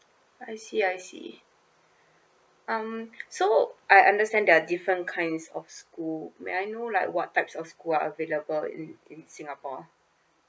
I see I see um so I understand there are different kinds of school may I know like what types of school are available in in singapore